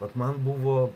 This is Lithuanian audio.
vat man buvo